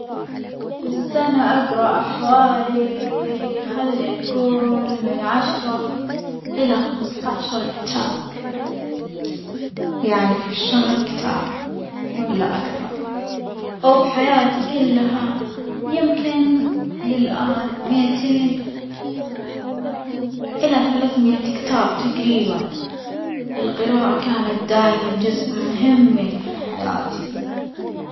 في السنة أجرأ حوالي خلني نجول من عشرة إلى خمسة عشر كتاب، يعني في الشهر كتاب ولا أكثر وبحياتي كلها يمكن للآن مائتين إلى ثلاثمئة كتاب تجريبًا، القراءة كانت دائمٍا جزء مهم في حياتي.